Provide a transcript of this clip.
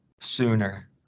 sooner